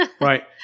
Right